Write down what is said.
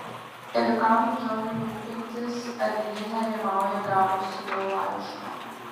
ir kam džonui rūpintis ar ji nerimauja gavusi jo laišką